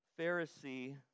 Pharisee